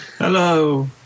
Hello